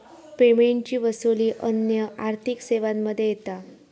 पेमेंटची वसूली अन्य आर्थिक सेवांमध्ये येता